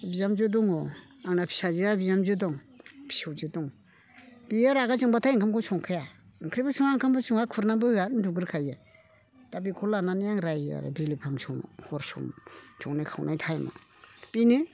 बिहामजो दङ आंना फिसाजोआ बिहामजो दं फिसौजो दं बियो रागा जोंबाथाय ओंखामखौनो संखाया ओंख्रिबो सङा ओंखामबो सङा खुरनानैबो होया उनदुग्रोखायो दा बेखौ लानानै आं रायो आरो बिलिफां समाव हर समाव संनाय खावनाय टाइमाव बेनो